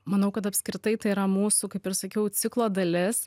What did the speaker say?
manau kad apskritai tai yra mūsų kaip ir sakiau ciklo dalis